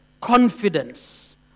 confidence